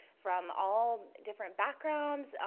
from all different background ah